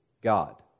God